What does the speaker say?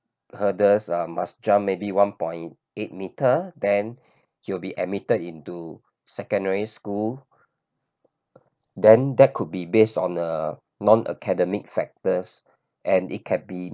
hurdles uh must jump maybe one point eight meter then he'll be admitted into secondary school then that could be based on uh non academic factors and it can be